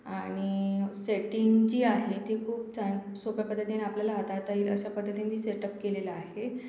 आणि सेटींग जी आहे ती खूप चांग सोप्या पद्धतीने आपल्याला हाताळता येईल अशा पद्धतीने सेटप केलेला आहे